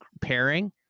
pairing